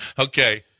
Okay